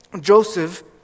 Joseph